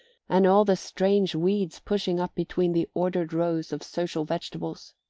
and all the strange weeds pushing up between the ordered rows of social vegetables.